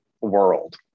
world